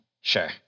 sure